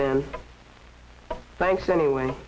then thanks anyway